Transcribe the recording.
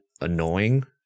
annoying